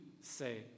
say